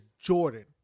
Jordan